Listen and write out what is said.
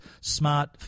smart